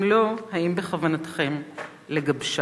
אם לא, האם בכוונתכם לגבשה?